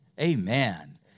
Amen